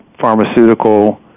pharmaceutical